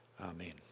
Amen